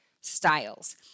styles